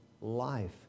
life